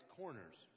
corners